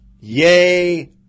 Yay